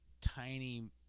tiny